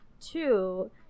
two